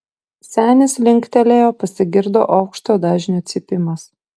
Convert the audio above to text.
senis linktelėjo pasigirdo aukšto dažnio cypimas